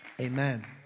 Amen